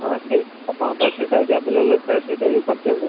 ହଁ ସେଇ ଆପଣଙ୍କ ପାଖରେ ସେଇଟା ଯଦି ଆଭେଲେବଲ ଅଛି ତା'ହେଲେ ସେଇଟା ବି କରିଦିଅନ୍ତୁ